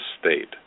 state